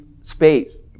space